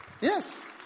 Yes